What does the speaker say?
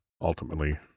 ultimately